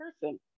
person